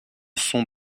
sont